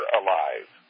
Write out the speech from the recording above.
alive